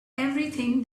everything